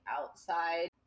outside